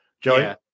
Joey